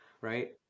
right